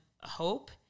hope